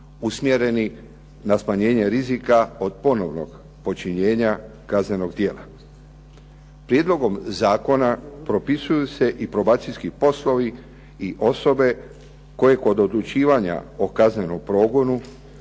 usmjereni na smanjenje rizika od ponovnog počinjenja kaznenog djela. Prijedlogom zakona propisuju se i probacijski poslovi i osobe koje kod odlučivanja o kaznenom progonu